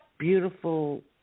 beautiful